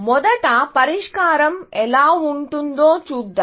మొదట పరిష్కారం ఎలా ఉంటుందో చూద్దాం